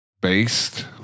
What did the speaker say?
based